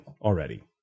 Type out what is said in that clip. already